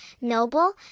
noble